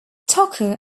tucker